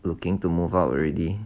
looking to move out already